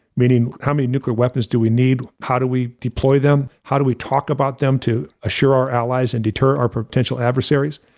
meaning how many nuclear weapons do we need, how do we deploy them, how do we talk about them to assure our allies and deter our potential adversaries?